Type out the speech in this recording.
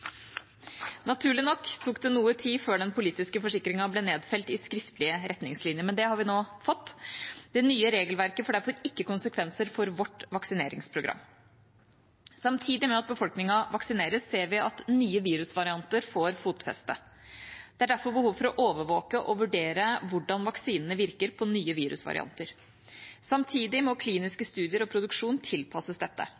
Naturlig nok tok det noe tid før den politiske forsikringen ble nedfelt i skriftlige retningslinjer. Men det har vi nå fått. Det nye regelverket får derfor ikke konsekvenser for vårt vaksineringsprogram. Samtidig med at befolkningen vaksineres, ser vi at nye virusvarianter får fotfeste. Det er derfor behov for å overvåke og vurdere hvordan vaksinene virker på nye virusvarianter. Samtidig må